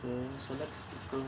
um so next